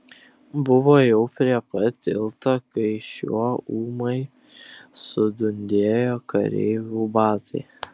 buvo jau prie pat tilto kai šiuo ūmai sudundėjo kareivių batai